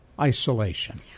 isolation